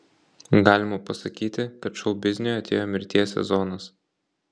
galima pasakyti kad šou bizniui atėjo mirties sezonas